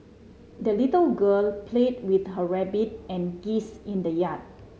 the little girl played with her rabbit and geese in the yard